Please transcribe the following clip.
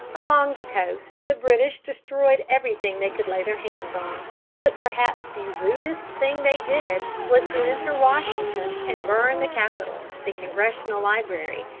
along the coast the british destroyed everything they could lay their hands on but perhaps the rudest thing they did was to enter washington and burn the capitol, the congressional library,